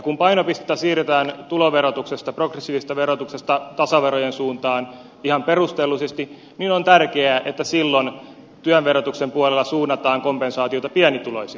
kun painopistettä siirretään tuloverotuksesta progressiivisesta verotuksesta tasaverojen suuntaan ihan perustellusti on tärkeää että silloin työn verotuksen puolella suunnataan kompensaatiota pienituloisille